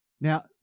Now